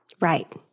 right